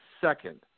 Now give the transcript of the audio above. second